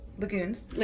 Lagoons